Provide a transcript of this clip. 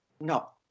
No